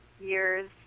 years